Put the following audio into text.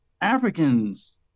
Africans